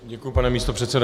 Děkuji, pane místopředsedo.